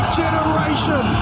generation